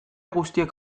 guztiek